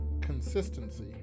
consistency